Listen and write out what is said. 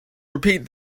repeat